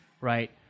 right